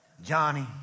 Johnny